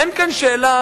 אין כאן שאלה,